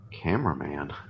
Cameraman